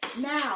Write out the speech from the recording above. now